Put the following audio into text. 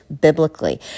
biblically